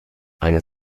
eine